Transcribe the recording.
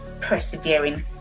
persevering